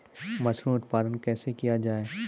Mushroom उत्पादन कैसे किया जाय?